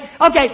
okay